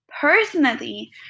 Personally